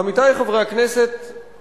עמיתי חברי הכנסת,